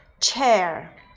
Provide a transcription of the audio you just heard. chair